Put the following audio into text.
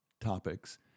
topics